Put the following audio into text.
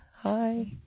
hi